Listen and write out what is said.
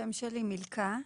שמי מילכה,